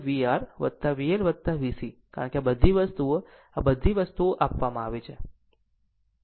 તો V vR VL VC કારણ કે આ બધી વસ્તુઓ આ બધી વસ્તુઓ આપવામાં આવી છે